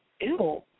Ew